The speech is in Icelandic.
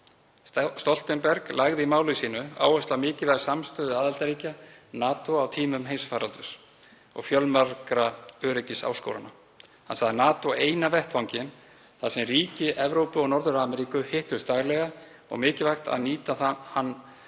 Stoltenberg lagði í máli sínu áherslu á mikilvægi samstöðu aðildarríkja NATO á tímum heimsfaraldurs og fjölmargra öryggisáskorana. Hann sagði NATO eina vettvanginn þar sem ríki Evrópu og Norður-Ameríku hittust daglega og mikilvægt að nýta hann